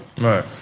Right